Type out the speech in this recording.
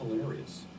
hilarious